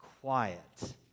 quiet